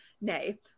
nay